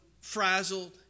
frazzled